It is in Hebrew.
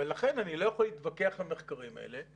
לכן אני לא יכול להתווכח עם המחקרים האלה.